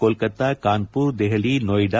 Kolkata Kanpur Delhi Noida